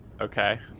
okay